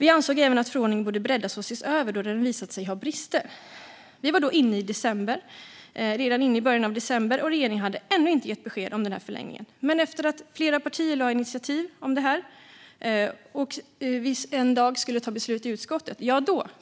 Vi ansåg även att förordningen borde breddas och ses över, då den visat sig ha brister. Vi var då inne i december, och regeringen hade ännu inte gett besked om någon förlängning. Flera partier lade fram initiativ om detta. Samma dag som vi skulle ta beslut i utskottet